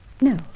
No